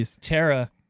Tara